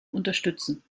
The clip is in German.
unterstützen